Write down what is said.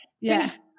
Yes